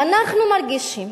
ואנחנו מרגישים,